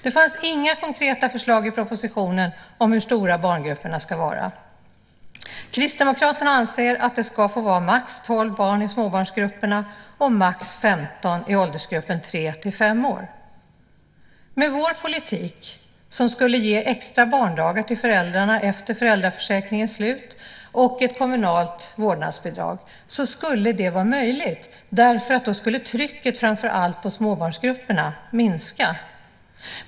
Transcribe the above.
Det fanns inga konkreta förslag i propositionen om hur stora barngrupperna ska vara. Kristdemokraterna anser att det ska få vara max 12 barn i smågruppsgrupperna och max 15 i åldersgruppen tre till fem år. Med vår politik, som skulle ge extra barndagar till föräldrarna efter föräldraförsäkringens slut och ett kommunalt vårdnadsbidrag, skulle det vara möjligt, därför att då skulle trycket på framför allt småbarnsgrupperna minska.